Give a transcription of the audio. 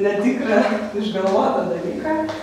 netikrą išgalvotą dalyką